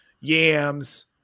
yams